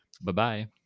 Bye-bye